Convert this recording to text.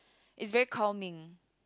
it's very calming